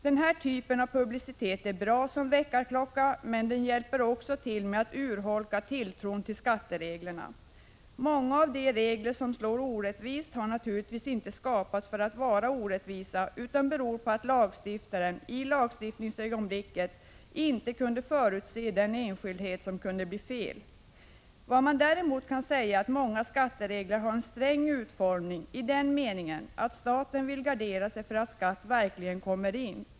Den här typen av publicitet är bra som väckarklocka, men den hjälper också till med att urholka tilltron till skattereglerna. Många av de regler som slår orättvist har naturligtvis inte skapats för att vara orättvisa, utan beror på att lagstiftaren i lagstiftningsögonblicken inte kunde förutse den enskildhet som kunde bli fel. Vad man däremot kan säga är att många skatteregler har en sträng utformning i den meningen att staten vill försäkra sig om att skatt verkligen kommer in.